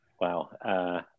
Wow